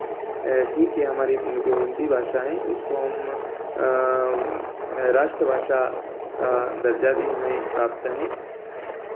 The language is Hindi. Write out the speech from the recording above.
ठीक है हमारी जो हिंदी भाषा हैं उसको हम राष्ट्रभाषा का दर्जा भी हमें प्राप्त हैं